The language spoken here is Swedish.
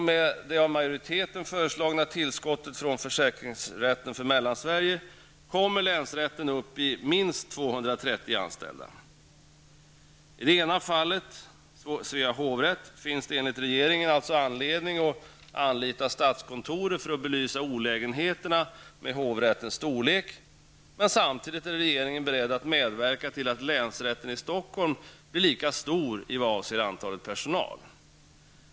Med det av majoriteten föreslagna tillskottet från försäkringsrätten för Mellansverige kommer länsrätten upp i minst 230 I det ena fallet -- Svea hovrätt -- finns det enligt regeringen anledning att anlita statskontoret för att belysa olägenheterna med hovrättens storlek. Samtidigt är regeringen beredd att medverka till att länsrätten i Stockholm blir lika stor avseende antal personal.